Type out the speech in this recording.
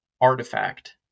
artifact